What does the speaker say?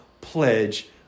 pledge